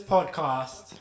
Podcast